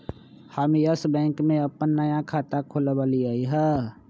हम Yes Bank में अप्पन नया खाता खोलबईलि ह